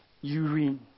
urine